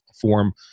form